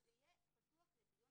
אנחנו רוצים שזה יהיה פתוח לדיון